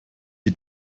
die